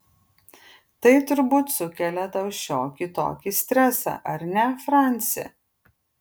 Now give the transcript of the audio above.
tai turbūt sukelia tau šiokį tokį stresą ar ne franci